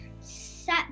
set